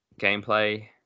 gameplay